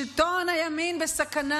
שלטון הימין בסכנה,